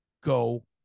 go